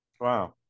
wow